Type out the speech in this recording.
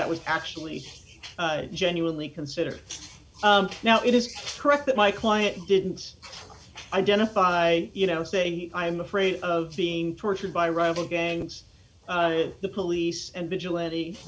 that was actually genuinely considered now it is correct that my client didn't identify you know say i am afraid of being tortured by rival gangs the police and vigilante